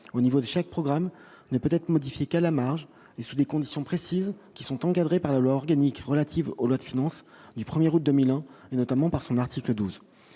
au niveau de chaque programme ne peut être modifiée qu'à la marge et sous des conditions précises qui sont encadrées par la loi organique relative aux lois de finances du 1er août 2001 et notamment par son article 12